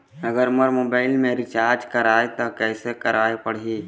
अगर मोर मोबाइल मे रिचार्ज कराए त कैसे कराए पड़ही?